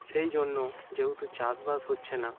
সেই জন্য যেহেতু চাষবাস হচ্ছে না